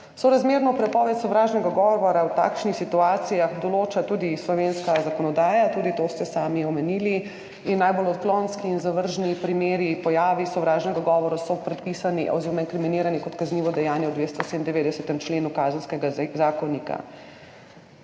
Sorazmerno prepoved sovražnega govora v takšnih situacijah določa tudi slovenska zakonodaja, to ste tudi sami omenili, in najbolj odklonski in zavržni primeri, pojavi sovražnega govora so predpisani oziroma inkriminirani kot kaznivo dejanje v 297. členu Kazenskega zakonika.